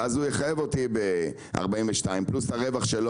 ואז החברה תחייב אותי ב-42 שקלים פלוס הרווח שלה